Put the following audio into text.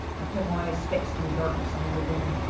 i kept my eyes fixed through the darkness on the old woman.